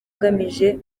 agamije